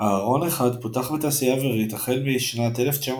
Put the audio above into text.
ה"הרון 1" פותח בתעשייה האווירית החל משנת 1994